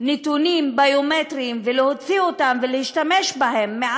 נתונים ביומטריים, להוציא אותם מעצורים